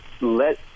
let